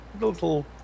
little